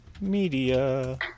media